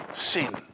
sin